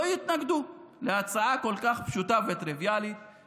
לא יתנגדו להצעה כל כך פשוטה וטריוויאלית,